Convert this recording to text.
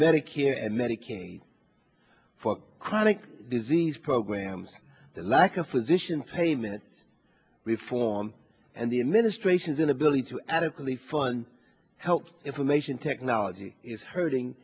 medicare and medicaid for chronic disease programs the lack of physician payment reform and the administration's inability to adequately fund help information technology is hurting